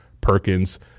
Perkins